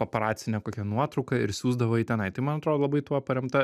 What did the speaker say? paparacinę kokią nuotrauką ir siųsdavo į tenai tai man atrodo labai tuo paremta